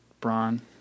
braun